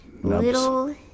little